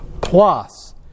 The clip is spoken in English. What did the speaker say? plus